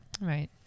Right